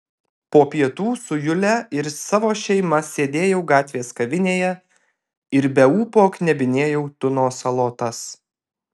po pietų su jule ir savo šeima sėdėjau gatvės kavinėje ir be ūpo knebinėjau tuno salotas